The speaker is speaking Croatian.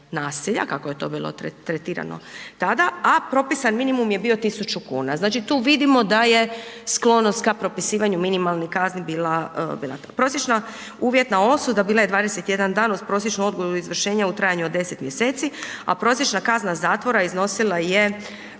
nasilja, kako je to bilo tretirano tada, a propisan minimum bio je tisuću kuna, znači tu vidimo da je sklonost k propisivanju minimalnih kazni bila … Prosječna uvjetna osuda bila je 21 dan uz prosječnu odgodu izvršenja u trajanju od 10 mjeseci, a prosječna kazna zatvora iznosila je